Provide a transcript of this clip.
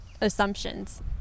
assumptions